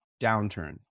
downturn